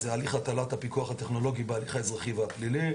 זה הליך הטלת הפיקוח הטכנולוגי בהליך האזרחי והפלילי,